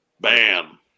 bam